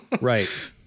Right